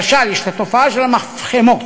למשל, יש את התופעה של המפחמות,